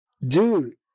Dude